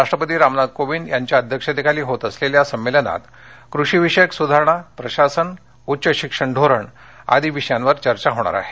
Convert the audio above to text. राष्ट्रपती रामनाथ कोविंद यांच्या अध्यक्षतेखाली होत असलेल्या संमेलनात कषीविषयक सुधारणाप्रशासनउच्च शिक्षण धोरण आदी विषयांवर चर्चा होणार आहे